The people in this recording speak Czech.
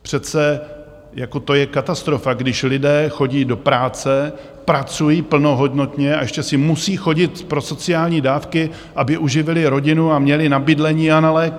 Přece to je katastrofa, když lidé chodí do práce, pracují plnohodnotně, a ještě si musí chodit pro sociální dávky, aby uživili rodinu a měli na bydlení a na léky.